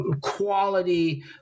quality